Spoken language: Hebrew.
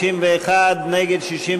ההסתייגות (67) של קבוצת סיעת יש עתיד,